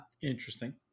Interesting